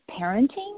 parenting